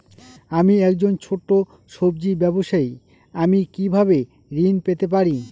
আমি একজন ছোট সব্জি ব্যবসায়ী আমি কিভাবে ঋণ পেতে পারি?